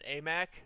AMAC